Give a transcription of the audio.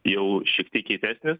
jau šiek tiek kietesnis